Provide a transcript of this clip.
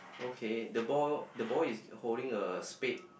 okay the boy the boy is holding a spec